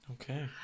Okay